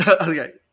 okay